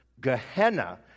Gehenna